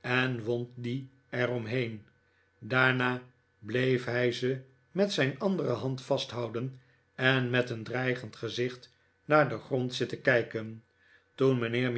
en wond dien er omheen daarna bleef hij ze met zijn andere hand vasthouden en met een dreigend gezicht naar den grond zitten kijken toen mijnheer